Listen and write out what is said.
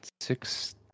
six